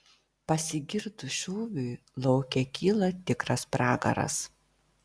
pasigirdus šūviui lauke kyla tikras pragaras